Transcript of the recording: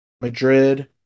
madrid